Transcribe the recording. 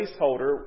placeholder